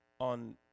on